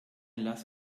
lass